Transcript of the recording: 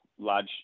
large